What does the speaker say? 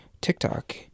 TikTok